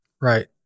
Right